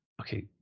okay